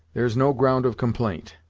there's no ground of complaint.